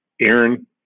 Aaron